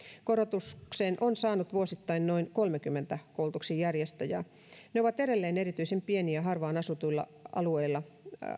korotuksen on saanut vuosittain noin kolmenkymmenen koulutuksen järjestäjää ne ovat edelleen erityisen pieniä harvaanasutuilla alueilla